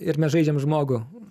ir mes žaidžiam žmogų